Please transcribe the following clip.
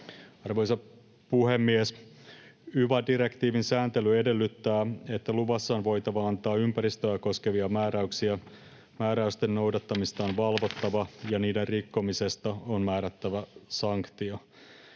Arvoisa puhemies! Yva-direktiivin sääntely edellyttää, että luvassa on voitava antaa ympäristöä koskevia määräyksiä, määräysten noudattamista on valvottava ja niiden rikkomisesta on määrättävä sanktio.